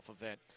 event